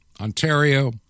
Ontario